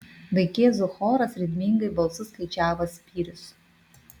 vaikėzų choras ritmingai balsu skaičiavo spyrius